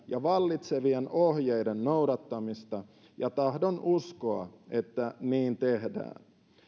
ja vallitsevien ohjeiden noudattamista ja tahdon uskoa että niin tehdään